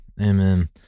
amen